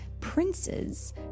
Princes